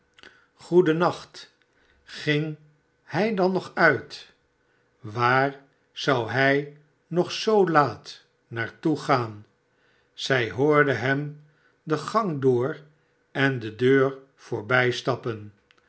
goeden nacht ging hij dan nog uit waar zou hij nogzoolaat naar toe gaan zij hoorde hem de gang door en de deur